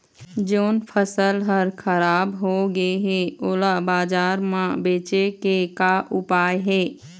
जोन फसल हर खराब हो गे हे, ओला बाजार म बेचे के का ऊपाय हे?